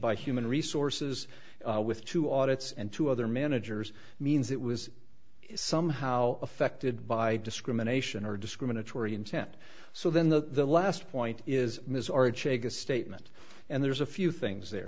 by human resources with two audits and two other managers means it was somehow affected by discrimination or discriminatory intent so then the last point is ms or achieved a statement and there's a few things there